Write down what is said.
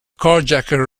carjacker